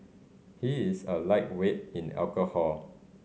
he is a lightweight in alcohol